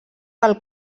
del